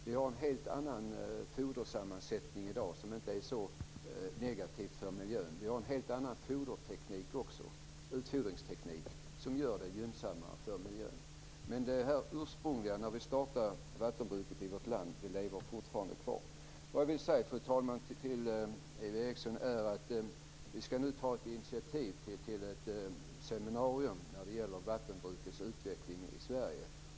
Vi har en helt annan fodersammansättning i dag, som inte är så negativ för miljön. Vi har en helt annan utfodringsteknik också, som gör det gynnsammare för miljön. Men det ursprungliga, hur det var när vi startade vattenbruket i vårt land, lever fortfarande kvar. Det jag vill säga till Eva Eriksson är, fru talman, att vi nu skall ta initiativ till ett seminarium när det gäller vattenbrukets utveckling i Sverige.